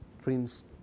dreams